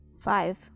Five